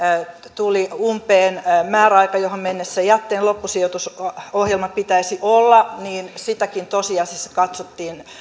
tuli umpeen määräaika johon mennessä jätteen loppusijoitusohjelma pitäisi olla sitäkin tosiasiassa katsottiin